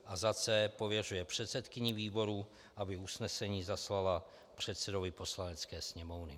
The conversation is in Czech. c) pověřuje předsedkyni výboru, aby usnesení zaslala předsedovi Poslanecké sněmovny.